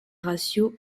ratio